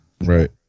Right